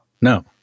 no